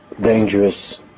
dangerous